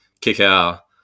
Kick-out